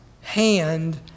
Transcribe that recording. hand